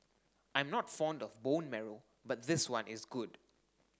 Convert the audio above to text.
I'm not fond of bone marrow but this one is good